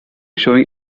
showing